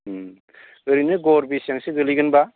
उम ओरैनो गर बेसेबांसो गोलैगोनबा